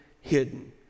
hidden